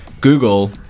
Google